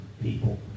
people